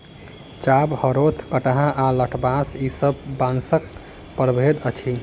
चाभ, हरोथ, कंटहा आ लठबाँस ई सब बाँसक प्रभेद अछि